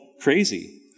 crazy